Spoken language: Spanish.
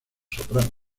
soprano